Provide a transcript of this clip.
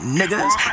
niggas